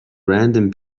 random